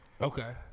Okay